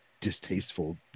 distasteful